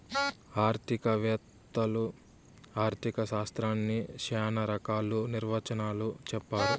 ఆర్థిక వేత్తలు ఆర్ధిక శాస్త్రాన్ని శ్యానా రకాల నిర్వచనాలు చెప్పారు